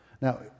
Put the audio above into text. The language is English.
Now